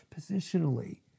positionally